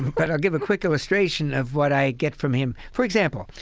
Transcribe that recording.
but i'll give a quick illustration of what i get from him. for example,